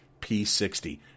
P60